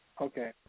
Okay